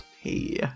Hey